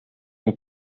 aux